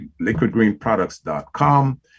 liquidgreenproducts.com